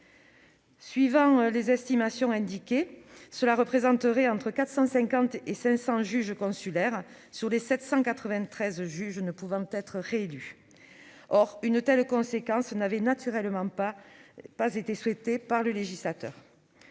Suivant les estimations indiquées, cela représenterait entre 450 et 500 juges consulaires, sur les 793 juges ne pouvant être réélus. Une telle conséquence n'avait naturellement pas été souhaitée par le législateur,